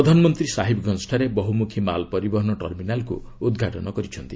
ପ୍ରଧାନମନ୍ତ୍ରୀ ସାହିବଗଞ୍ଜଠାରେ ବହୁମୁଖୀ ମାଲ ପରିବହନ ଟର୍ମିନାଲକୁ ଉଦ୍ଘାଟନ କରିଛନ୍ତି